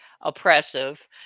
oppressive